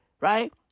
right